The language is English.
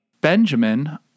Benjamin